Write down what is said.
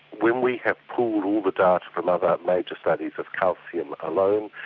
when we have pooled all the data from other major studies of calcium alone,